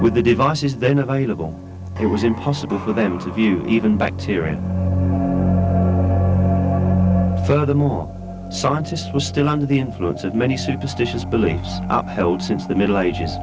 with the devices then available it was impossible for them to view even bacteria furthermore scientists were still under the influence of many superstitious beliefs held since the middle ages